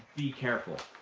be careful.